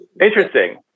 Interesting